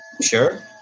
Sure